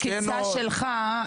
העקיצה שלך,